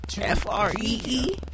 F-R-E-E